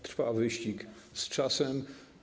Trwa wyścig z czasem.